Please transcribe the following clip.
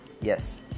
Yes